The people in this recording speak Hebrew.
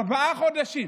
ארבעה חודשים